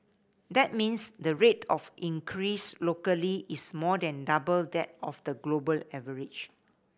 that means the rate of increase locally is more than double that of the global average